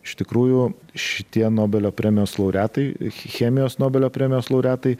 iš tikrųjų šitie nobelio premijos laureatai chemijos nobelio premijos laureatai